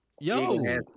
Yo